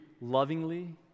lovingly